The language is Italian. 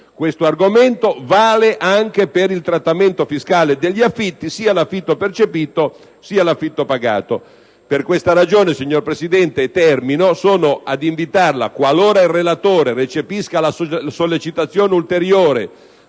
Questo argomento vale anche per il trattamento fiscale degli affitti, sia l'affitto percepito, sia l'affitto pagato. Per questa ragione, signor Presidente, sono qui ad invitarla, qualora il relatore recepisca la sollecitazione ulteriore